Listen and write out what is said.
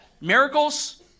Miracles